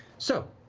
so,